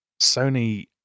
Sony